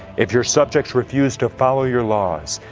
if your subjects refuse to follow your laws,